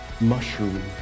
mushroom